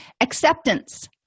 Acceptance